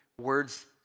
words